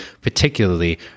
particularly